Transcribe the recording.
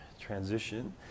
transition